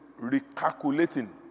recalculating